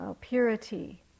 purity